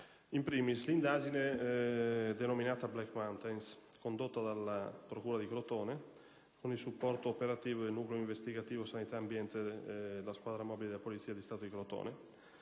vicende. L'indagine denominata "Black mountains", condotta dalla procura di Crotone, con il supporto operativo del Nucleo investigativo sanità e ambiente e della squadra mobile della Polizia di Stato di Crotone,